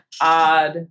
odd